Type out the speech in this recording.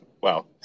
wow